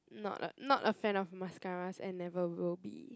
not a not a fan of mascaras and never will be